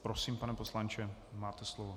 Prosím, pane poslanče, máte slovo.